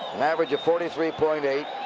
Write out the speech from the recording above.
an average of forty three point eight.